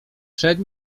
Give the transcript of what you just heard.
przed